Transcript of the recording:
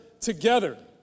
together